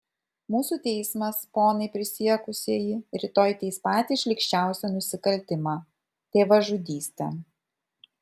mūsų teismas ponai prisiekusieji rytoj teis patį šlykščiausią nusikaltimą tėvažudystę